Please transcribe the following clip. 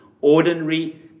ordinary